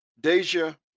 Deja